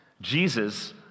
Jesus